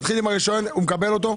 הוא מקבל אותו?